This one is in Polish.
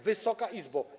Wysoka Izbo!